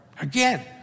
Again